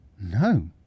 No